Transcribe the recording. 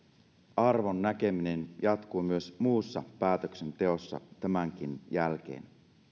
arvon näkeminen jatkuu myös muussa päätöksenteossa tämänkin jälkeen